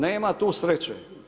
Nema tu sreće.